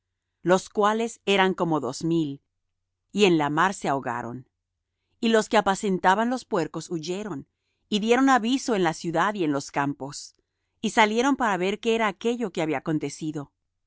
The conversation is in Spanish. los cuales eran como dos mil y en la mar se ahogaron y los que apacentaban los puercos huyeron y dieron aviso en la ciudad y en los campos y salieron para ver qué era aquello que había acontecido